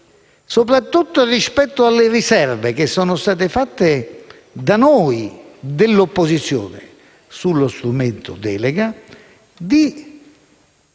soprattutto rispetto alle riserve che sono state avanzate da noi dell'opposizione sullo strumento della